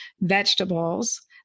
vegetables